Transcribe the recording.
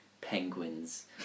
penguins